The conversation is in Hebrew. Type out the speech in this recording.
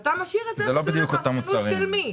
אתה משאיר את זה לפרשנות של מי?